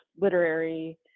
literary